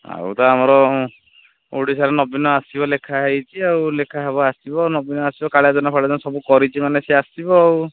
ଆଉ ତ ଆମର ଓଡ଼ଶାରେ ନବୀନ ଲେଖା ହୋଇଛି ଆଉ ଲେଖା ହେବ ଆସିବ ନବୀନ ଆସିବ କାଳିଆ ଯୋଜନା ଫାଳିଆ ଯୋଜନା ସବୁ କରିଛି ମାନେ ସେ ଆସିବ